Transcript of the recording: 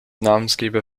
namensgeber